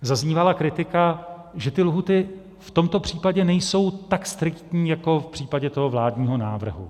Zaznívala kritika, že ty lhůty v tomto případě nejsou tak striktní jako v případě vládního návrhu.